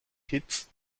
kitts